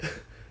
ya